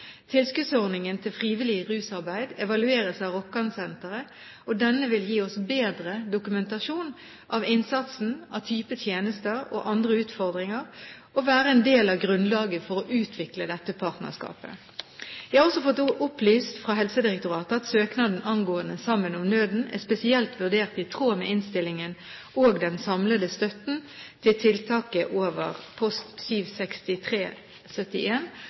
Tilskuddsordningen til frivillig rusarbeid evalueres av Rokkansenteret. Denne evalueringen vil gi oss bedre dokumentasjon av innsatsen, type tjenester og andre utfordringer og være en del av grunnlaget for å utvikle dette partnerskapet. Jeg har også fått opplyst fra Helsedirektoratet at søknaden angående «Sammen om nøden» er spesielt vurdert i tråd med innstillingen, og den samlede støtten til tiltaket over kap. 763 post